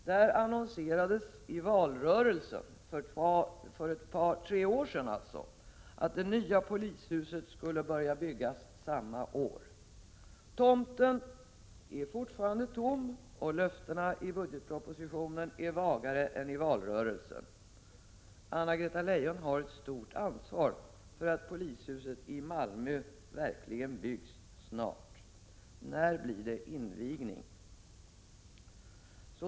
Där annonserades i valrörelsen — alltså för ett par tre år sedan — att det nya polishuset skulle börja byggas samma år. Tomten är fortfarande tom, och löftena i budgetpropositionen är vagare än i valrörelsen. Anna-Greta Leijon har ett stort ansvar för att polishuset i Malmö verkligen byggs snart. När blir det invigning?